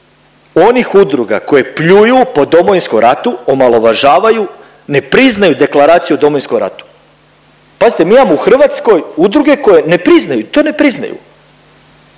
onih udruga koje pljuju po Domovinskom ratu, omalovažavaju, ne priznaju Deklaraciju o Domovinskom ratu. Pazite, mi imamo u Hrvatskoj udruge koje ne priznaju, to ne priznaju